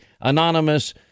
anonymous